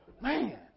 Man